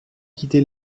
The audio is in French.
quitté